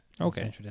Okay